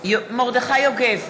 מרדכי יוגב,